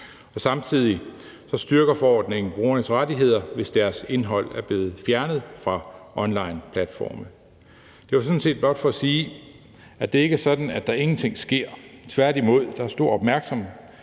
Samtidig styrker forordningen brugernes rettigheder, hvis deres indhold er blevet fjernet fra onlineplatforme. Det er sådan set blot for at sige, at det ikke er sådan, at der ingenting sker. Tværtimod er der stor opmærksomhed